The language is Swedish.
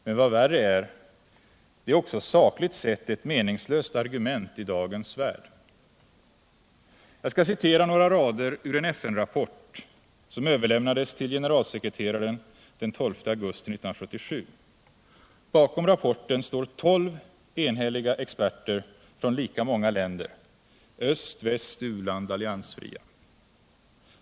Men vad värre är: det är också sakligt sett ett meningslöst argument i dagens värld. Jag skall citera några rader ur en FN-rapport, som överlämnades till generalsekreteraren den 12 augusti 1977. Bakom rapporten står tolv enhälliga experter från lika många länder — öst, väst, u-land och alliansfria.